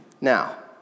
Now